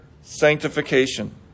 sanctification